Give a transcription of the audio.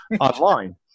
online